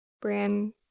brand